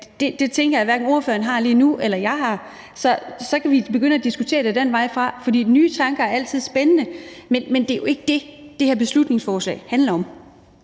Det tænker jeg hverken ordføreren eller jeg har lige nu. Så kan vi begynde at diskutere det den vej fra, for nye tanker er altid spændende, men det er jo ikke det, det her beslutningsforslag handler om.